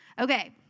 Okay